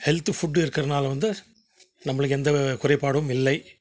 health food இருக்கிறதுனால வந்து நம்பளுக்கு எந்த குறைபாடும் இல்லை